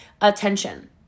attention